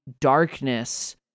darkness